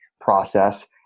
process